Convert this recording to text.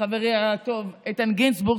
חברי הטוב איתן גינזבורג,